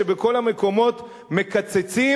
כשבכל המקומות מקצצים.